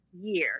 year